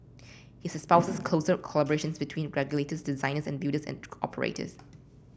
he espouses closer collaboration between regulators designers and builders and operators